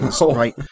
right